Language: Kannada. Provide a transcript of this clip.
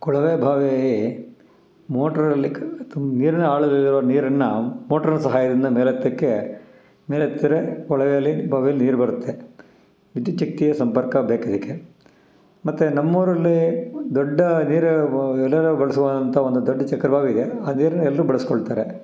ಕೊಳವೆ ಬಾವಿ ಮೋಟರಲ್ಲಿ ನೀರಿನ ಆಳದಲ್ಲಿರುವ ನೀರನ್ನು ಮೋಟ್ರನ ಸಹಾಯದಿಂದ ಮೇಲೆತ್ತಕ್ಕೆ ಮೇಲೆತ್ತಿರೆ ಕೊಳವೆಯಲ್ಲಿ ಬಾವಿಲಿ ನೀರು ಬರುತ್ತೆ ವಿದ್ಯುತ್ಚಕ್ತಿಯ ಸಂಪರ್ಕ ಬೇಕು ಇದಕ್ಕೆ ಮತ್ತೆ ನಮ್ಮೂರಲ್ಲಿ ದೊಡ್ಡ ನೀರು ಬ ಎಲ್ಲರೂ ಬಳಸುವಂಥ ಒಂದು ದೊಡ್ಡ ಚಕ್ರ ಬಾವಿ ಇದೆ ಆ ನೀರನ್ನು ಎಲ್ಲರೂ ಬಳಸ್ಕೊಳ್ತಾರೆ